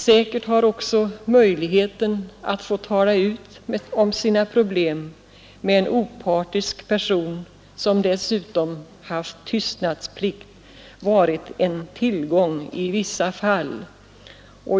Säkert har också möjligheten att få tala ut om sina problem med en opartisk person som dessutom haft tystnadsplikt varit en tillgång i vissa fall.